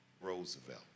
Roosevelt